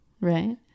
Right